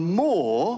more